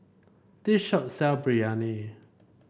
this shop sell Biryani